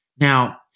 Now